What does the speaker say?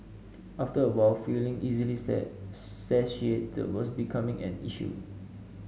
after a while feeling easily satiated was becoming an issue